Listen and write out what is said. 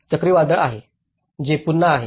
चक्रीवादळ आहे जे पुन्हा आहे